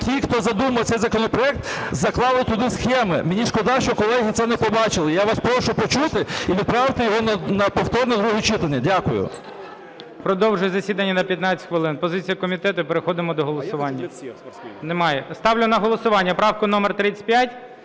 Ті, хто задумав цей законопроект заклали туди схеми, мені шкода, що колеги це не побачили. Я вас прошу почути і відправити його на повторне друге читання. Дякую. ГОЛОВУЮЧИЙ. Продовжую засідання на 15 хвилин. Позиція комітету і переходимо до голосування. Немає. Ставлю на голосування правку номер 35,